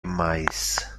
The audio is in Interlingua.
mais